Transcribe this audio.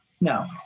No